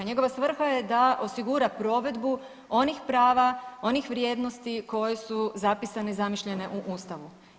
Njegova svrha je da osigura provedbu onih prava, onih vrijednosti koje su zapisane i zamišljene u Ustavu.